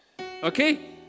okay